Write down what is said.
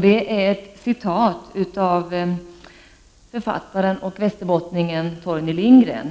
Det är ett citat av författaren och västerbottningen Torgny Lindgren.